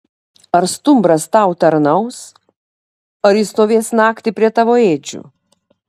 ar stumbras tau tarnaus ar jis stovės naktį prie tavo ėdžių